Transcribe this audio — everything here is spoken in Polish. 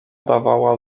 dawała